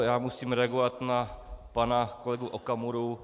Já musím reagovat na pana kolegu Okamuru.